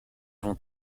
vont